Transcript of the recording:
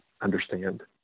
understand